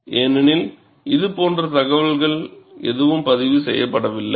ஏனெனில் இதுபோன்ற தகவல்கள் எதுவும் பதிவு செய்யப்படவில்லை